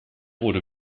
wurde